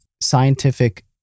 scientific